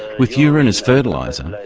with urine as fertiliser, and